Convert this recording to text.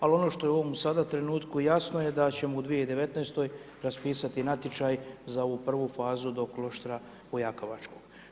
Ali, ono što je sada u ovom trenutku jasno, je da ćemo u 2019. raspisati natječaj za ovu prvu fazu do Kloštra Jokavačkog.